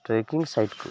trekking ସାଇଟ୍କୁ